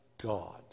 God